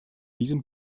diesem